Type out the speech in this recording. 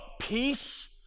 peace